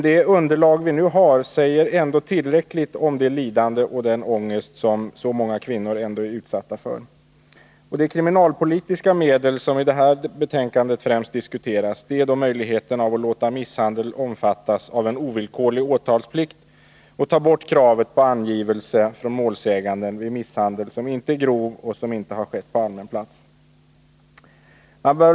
Det underlag som vi nu har säger ändå tillräckligt om det lidande och den ångest som så många kvinnor är utsatta för. Det kriminalpolitiska medel som främst diskuteras i detta betänkande är då möjligheten att låta misshandeln omfattas av en ovillkorlig åtalsplikt, varvid kravet på angivelse från målsäganden vid misshandel som inte är grov och som inte har skett på allmän plats tas bort.